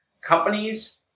companies